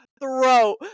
throat